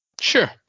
Sure